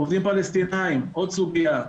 עובדים פלסטינאים עוד סוגייה.